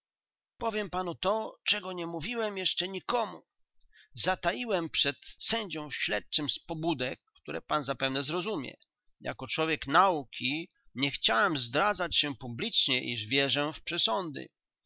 powiem panu to czego nie mówiłem jeszcze nikomu zataiłem to przed sędzią śledczym z pobudek które pan zapewne zrozumie jako człowiek nauki nie chciałem zdradzać się publicznie iż wierzę w przesądy